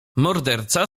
morderca